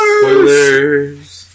Spoilers